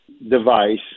device